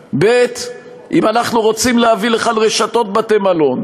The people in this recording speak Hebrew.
2. אם אנחנו רוצים להביא לכאן רשתות בתי-מלון,